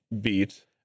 beat